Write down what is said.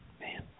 Man